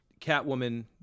Catwoman